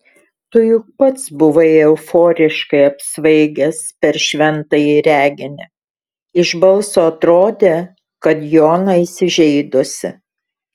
tu juk pats buvai euforiškai apsvaigęs per šventąjį reginį iš balso atrodė kad jona įsižeidusi